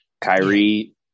Kyrie